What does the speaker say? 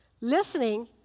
Listening